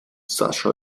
sascha